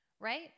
right